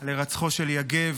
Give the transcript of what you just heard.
על הירצחו שלי יגב.